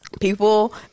people